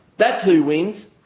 that's who wins,